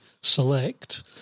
select